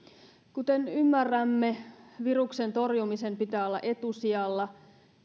kuten ymmärrämme viruksen torjumisen pitää olla etusijalla